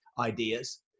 ideas